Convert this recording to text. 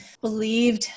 believed